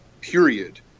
period